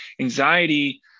Anxiety